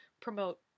promote